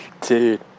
Dude